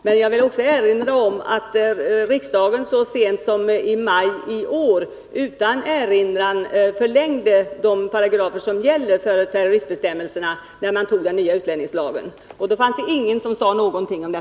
Men jag vill samtidigt erinra om att riksdagen så sent som i maj i fjol, när man antog den nya utlänningslagen, utan erinran förlängde giltigheten av de gällande paragraferna rörande terroristärenden. Då fanns det ingen som sade någonting om det.